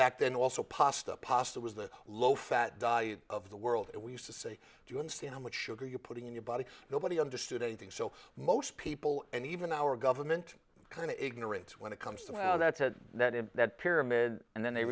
back then also pasta pasta was the low fat diet of the world and we used to say do you understand how much sugar you're putting in your body nobody understood anything so most people and even our government kind of ignorance when it comes to how that said that in that pyramid and then they